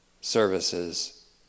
services